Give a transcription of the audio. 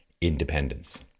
independence